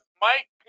Mike